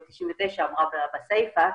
אמרה בסיפא.